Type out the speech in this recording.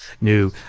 new